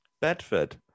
Bedford